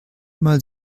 mal